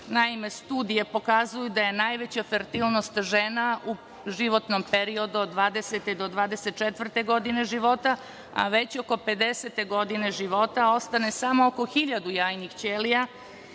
Naime, studije pokazuju da je najveća fertilnost žena u životnom periodu od 20 do 24 godine života, a već oko 50-te godine života ostane samo oko 1.000 jajnih ćelija